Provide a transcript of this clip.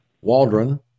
Waldron